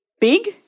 Big